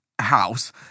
house